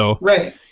Right